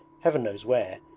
heaven knows where,